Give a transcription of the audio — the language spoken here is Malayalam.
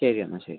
ശരി എന്നാൽ ശരി